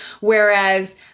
Whereas